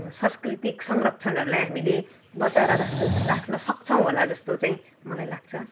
सांस्कृतिक संरक्षकणहरूलाई हामीले बचाएर राख्छौँ राख्न सक्छौँ होला जस्तो चाहिँ मलाई लाग्छ